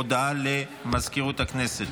הודעה למזכירות הכנסת.